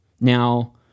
Now